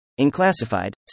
Inclassified